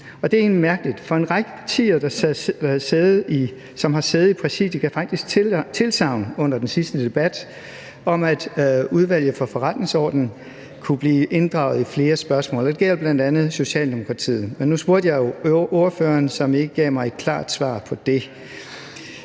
egentlig mærkeligt. For en række partier, der har sæde i Præsidiet, gav faktisk under den sidste debat tilsagn om, at Udvalget for Forretningsordenen kunne blive inddraget i flere spørgsmål, og det gælder bl.a. Socialdemokratiet. Nu spurgte jeg jo ordføreren, som ikke gav mig et klart svar på det.